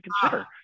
consider